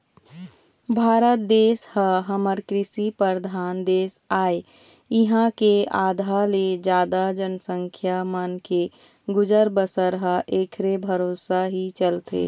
भारत देश ह हमर कृषि परधान देश आय इहाँ के आधा ले जादा जनसंख्या मन के गुजर बसर ह ऐखरे भरोसा ही चलथे